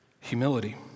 humility